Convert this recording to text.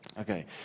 Okay